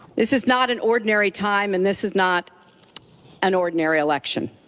this is not an ordinary time and this is not an ordinary election.